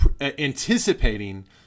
Anticipating